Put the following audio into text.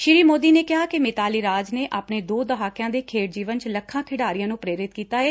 ਸ੍ਰੀ ਮੋਦੀ ਨੇ ਕਿਹਾ ਕਿ ਮਿਤਾਲੀ ਰਾਜ ਨੇ ਆਪਣੇ ਦੋ ਦਹਾਕਿਆਂ ਦੇ ਖੇਡ ਜੀਵਨ 'ਚ ਲੱਖਾ ਖਿਡਾਰੀਆਂ ਨੰ ਪ੍ਰੇਰਿਤ ਕੀਤਾ ਏ